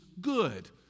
good